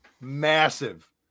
massive